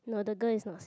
no the girl is not same